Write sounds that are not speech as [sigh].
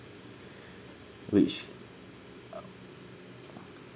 which [noise]